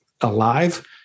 alive